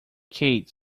kate